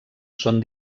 són